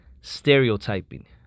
stereotyping